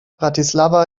bratislava